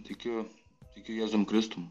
tikiu tikiu jėzum kristum